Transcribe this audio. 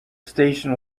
station